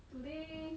today